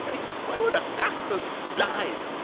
i mean why would a cactus die?